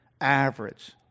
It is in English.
average